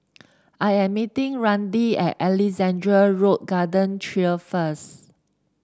I am meeting Randy at Alexandra Road Garden Trail first